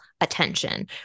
attention